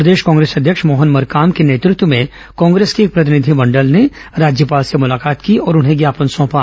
प्रदेश कांग्रेस अध्यक्ष मोहन मरकाम के नेतत्व में कांग्रेस के एक प्रतिनिधिमंडल राज्यपाल से मुलाकात की और उन्हें ज्ञापन सौंपा